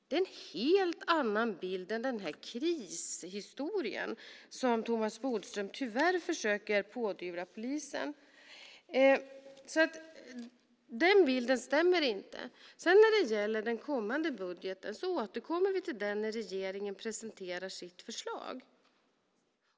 Det är en helt annan bild än den krishistoria som Thomas Bodström tyvärr försöker pådyvla polisen. Den bilden stämmer inte. Vi återkommer till den kommande budgeten när regeringen presenterar sitt förslag.